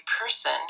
person